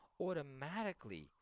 automatically